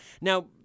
Now